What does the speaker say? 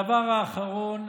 הדבר האחרון,